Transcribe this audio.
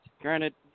granted